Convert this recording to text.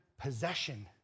possession